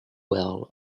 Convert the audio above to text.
well